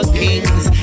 kings